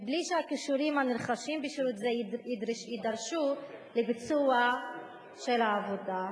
בלי שהכישורים הנרכשים בשירות זה יידרשו לביצוע העבודה.